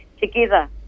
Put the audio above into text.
together